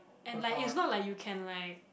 and like it's not like you can like